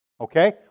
Okay